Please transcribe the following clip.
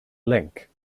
link